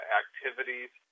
activities